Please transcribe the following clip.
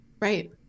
Right